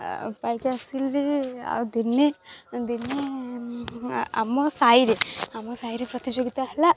ଆଉ ପାଇକି ଆସିଲି ଆଉ ଦିନେ ଦିନେ ଆମ ସାହିରେ ଆମ ସାହିରେ ପ୍ରତିଯୋଗିତା ହେଲା